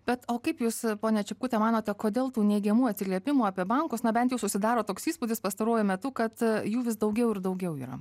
bet o kaip jūs pone čipkute manote kodėl tų neigiamų atsiliepimų apie bankus na bent jau susidaro toks įspūdis pastaruoju metu kad jų vis daugiau ir daugiau yra